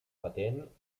patent